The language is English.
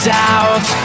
doubt